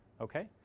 Okay